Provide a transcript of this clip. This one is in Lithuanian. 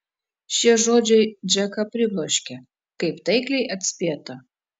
šie žodžiai džeką pribloškė kaip taikliai atspėta